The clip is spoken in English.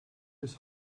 his